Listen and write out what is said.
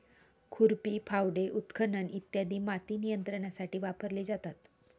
खुरपी, फावडे, उत्खनन इ माती नियंत्रणासाठी वापरले जातात